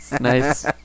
Nice